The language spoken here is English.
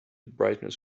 brightness